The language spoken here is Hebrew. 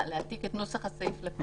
להעתיק את נוסח הסעיף לפה?